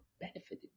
benefited